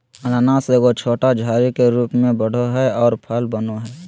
अनानास एगो छोटा झाड़ी के रूप में बढ़ो हइ और फल बनो हइ